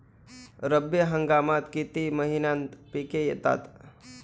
रब्बी हंगामात किती महिन्यांत पिके येतात?